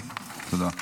תודה.